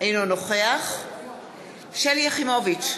אינו נוכח שלי יחימוביץ,